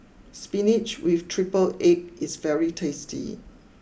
spinach with triple Egg is very tasty